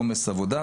עומס עבודה,